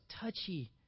touchy